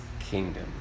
kingdom